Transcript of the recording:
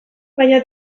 baina